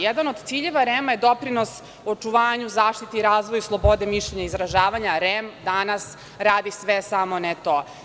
Jedan od ciljeva REM-a je doprinos očuvanju, zaštiti i razvoju slobode mišljenja i izražavanja, a REM danas radi sve, samo ne to.